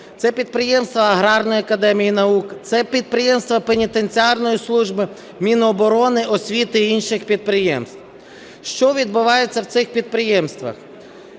це підприємства аграрної академії наук, це підприємства пенітенціарної служби, Міноборони, освіти і інших підприємств. Що відбувається в цих підприємствах?